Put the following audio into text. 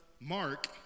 Mark